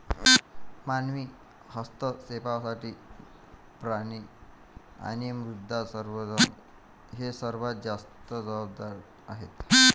मानवी हस्तक्षेपासाठी पाणी आणि मृदा संवर्धन हे सर्वात जास्त जबाबदार आहेत